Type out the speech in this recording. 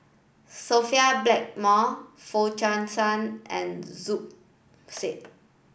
Sophia Blackmore Foo Chee San and Zubir Said